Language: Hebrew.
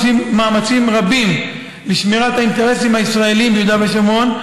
עושים מאמצים רבים לשמירת האינטרסים הישראליים ביהודה ושומרון,